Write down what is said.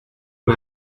who